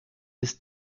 ist